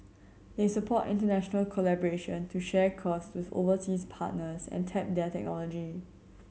they support international collaboration to share costs with overseas partners and tap their technology